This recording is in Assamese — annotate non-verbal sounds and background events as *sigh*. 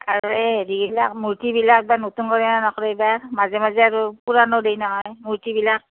আৰু সেই *unintelligible* মূৰ্তিবিলাক মাজে মাজে আৰু পোৰা নদী নহয় মূৰ্তিবিলাক